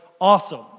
awesome